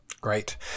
Great